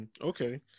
Okay